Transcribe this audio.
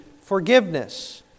forgiveness